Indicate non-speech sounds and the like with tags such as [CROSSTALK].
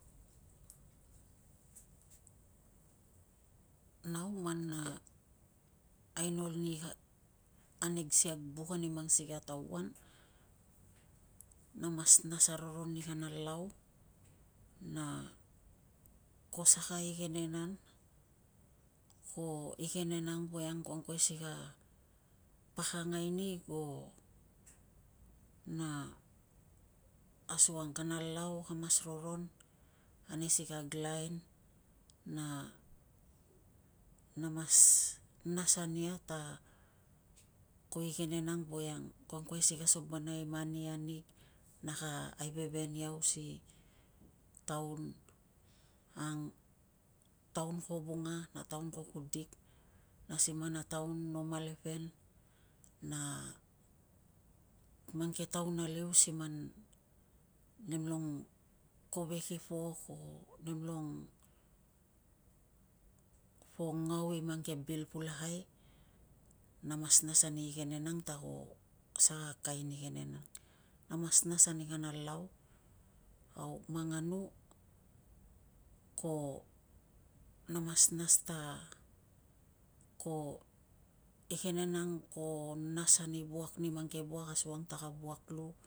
[HESITATION] aino nig si kag buk ani mang sikei a tauan, na mas nas aroron ani kana lau na ko saka igenen an, ko igeneng ang voiang ka angkuai si ka pakangai nig o na asukang kana lau ka mas roron ane si kag laen na na mas nas ania ta ko igenen ang voiang ko angkuai si ka sabonai mani anig na ka aiveven iau si ang taun ko vunga na taun ko kudik na siman a taun no malepen. Na mang ke taun aliu siman nemlong kovek i pok o nemlong po ngau i mang ke bil pulakai, na mas nas ani igenen ang ta ko sa kain igenen an na mas nas ani kana lau au manganu ko, na mas, nas ta ko igenen ang ko nas ani vuak ani mang ke vuak asukang ta ka vuak lu